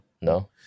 No